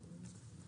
תשיבו.